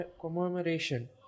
commemoration